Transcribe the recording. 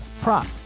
prop